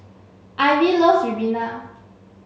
Ivy loves Ribena